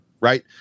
right